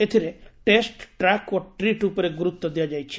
ଏଥିରେ test track ଓ ଟ୍ରିଟ୍ ଉପରେ ଗୁରୁଡ୍ୱ ଦିଆଯାଇଛି